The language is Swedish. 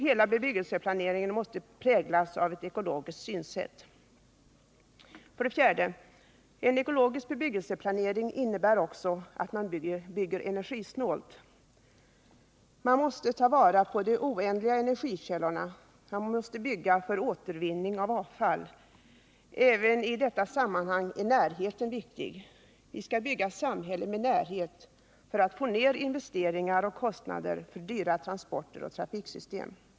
Hela bebyggelseplaneringen måste präglas av ett ekologiskt synsätt. För det fjärde innebär en ekologisk bebyggelseplanering att man bygger energisnålt. Man måste ta vara på de oändliga energikällorna. Man måste bygga för återvinning av avfall. Även i detta sammanhang är närheten viktig. Vi skall bygga ett samhälle med närhet för att få ned investeringar och kostnader för dyra transporter och trafiksystem.